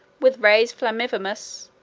with rays flammivomous,